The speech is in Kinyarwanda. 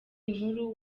nkuru